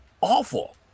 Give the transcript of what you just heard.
awful